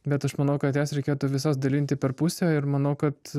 bet aš manau kad jas reikėtų visas dalinti per pusę ir manau kad